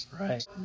Right